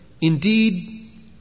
Indeed